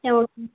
சரி ஓகே